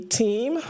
team